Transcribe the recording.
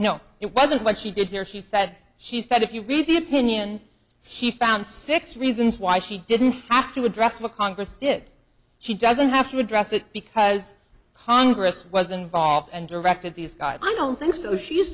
know it wasn't what she did here she said she said if you read the opinion she found six reasons why she didn't have to address what congress did she doesn't have to address it because congress was involved and directed these guys i don't think so she's